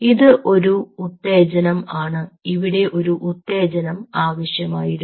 ഇത് ഒരു ഉത്തേജനം ആണ് ഇവിടെ ഒരു ഉത്തേജനം ആവശ്യമായിരുന്നു